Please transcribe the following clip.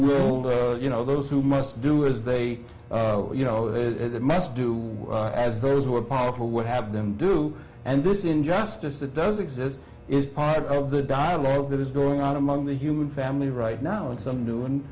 will do you know those who must do as they you know they must do as those who are powerful would have them do and this injustice that does exist is part of the dialogue that is going on among the human family right now and something new and